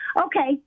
Okay